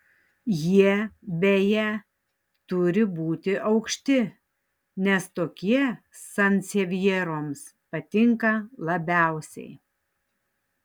jie beje turi būti aukšti nes tokie sansevjeroms patinka labiausiai